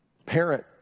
Parent